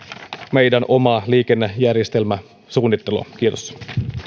meidän omaa liikennejärjestelmäsuunnittelua kiitos